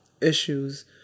issues